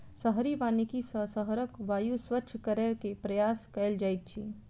शहरी वानिकी सॅ शहरक वायु स्वच्छ करै के प्रयास कएल जाइत अछि